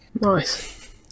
Nice